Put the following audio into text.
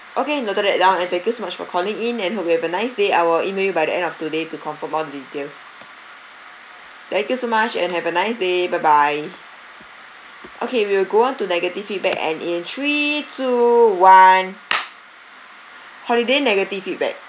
okay noted that down and thank you so much for calling in and hope you have a nice day I will email you by the end of today to confirm all the details thank you so much and have a nice day bye bye okay we will go on to negative feedback and in three two one holiday negative feedback